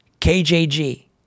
KJG